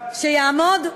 שיעמוד?